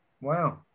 Wow